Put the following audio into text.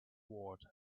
ward